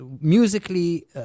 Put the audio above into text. musically